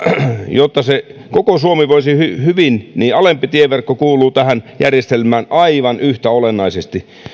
jotta koko suomi voisi hyvin niin alempi tieverkko kuuluu tähän järjestelmään aivan yhtä olennaisesti